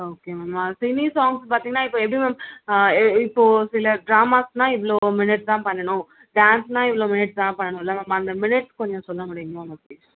okay ma'am cine songs பார்த்தீங்கன்னா இப்போ எப்படி மேம் எ இப்போது சில ட்ராமாஸ்னால் இவ்வளோ மினிட்ஸ் தான் பண்ணணும் டான்ஸுன்னால் இவ்வளோ மினிட்ஸ் தான் பண்ணணுல்லை மேம் அந்த மினிட்ஸ் கொஞ்சம் சொல்லமுடியுமா மேம் ப்ளீஸ்